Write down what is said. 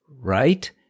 right